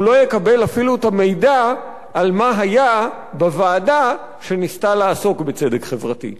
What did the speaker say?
הוא לא יקבל אפילו את המידע על מה היה בוועדה שניסתה לעסוק בצדק החברתי.